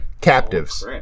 Captives